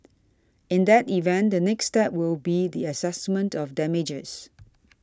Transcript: in that event the next step will be the assessment of damages